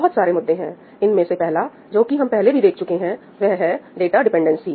बहुत सारे मुद्दे हैं इनमें से पहला जो कि हम पहले भी देख चुके हैं वह है डाटा डिपेंडेंसी